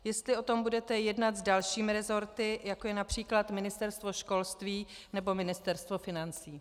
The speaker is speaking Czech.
Jestli o tom budete jednat s dalšími rezorty, jako je například Ministerstvo školství nebo Ministerstvo financí.